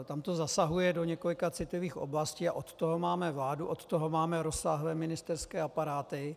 Tam to zasahuje do několika citlivých oblastí a od toho máme vládu, od toho máme rozsáhlé ministerské aparáty.